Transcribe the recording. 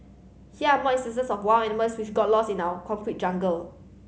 here are more instances of wild animals which got lost in our concrete jungle